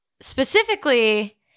specifically